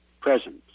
presence